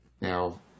Now